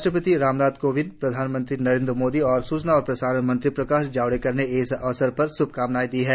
राष्ट्रपति रामनाथ कोविंदप्रधानमंत्री नरेंद्र मोदी और सूचना और प्रसारण मंत्री प्रकाश जावड़ेकर ने इस अवसर पर उन्हें श्भकामनाएं दी हैं